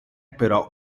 però